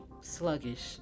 sluggish